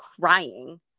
crying